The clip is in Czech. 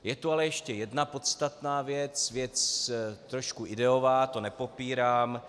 Je tu ale ještě jedna podstatná věc, věc trošku ideová, to nepopírám.